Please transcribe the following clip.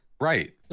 Right